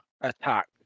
attack